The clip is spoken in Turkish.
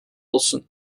olsun